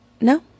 No